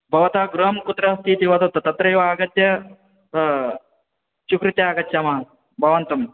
भवतः गृहं कुत्र अस्तीति वदतु तत्रैव आगत्य स्वीकृत्य आगच्छामः भवन्तम्